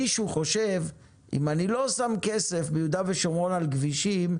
מישהו חושב שאם אני לא שם כסף ביהודה ושומרון על כבישים,